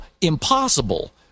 impossible